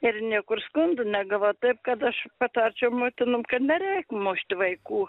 ir niekur skundų negavau taip kad aš patarčiau motinom kad nereik mušti vaikų